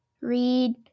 read